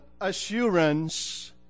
assurance